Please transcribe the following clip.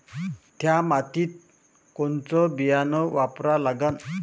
थ्या मातीत कोनचं बियानं वापरा लागन?